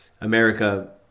America